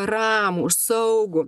ramų saugų